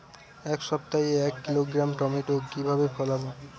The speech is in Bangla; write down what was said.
এক সপ্তাহে এক কিলোগ্রাম টমেটো কিভাবে ফলাবো?